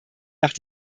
nach